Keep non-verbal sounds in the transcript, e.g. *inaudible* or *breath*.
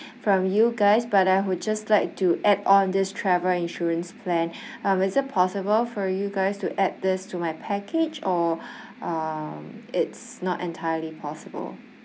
from you guys but I would just like to add on this travel insurance plan *breath* um is it possible for you guys to add this to my package or *breath* um it's not entirely possible